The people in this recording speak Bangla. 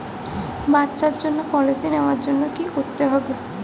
বাচ্চার জন্য পলিসি নেওয়ার জন্য কি করতে হবে?